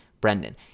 Brendan